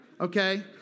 okay